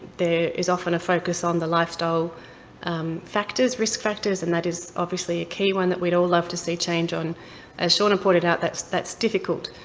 there is often a focus on the lifestyle factors, risk factors, and that is, obviously, a key one that we'd all love to see change. as seana pointed out, that's that's difficult.